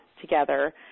together